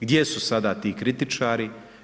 Gdje su sada ti kritičari?